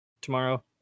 tomorrow